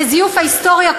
וזיוף ההיסטוריה,